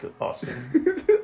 Austin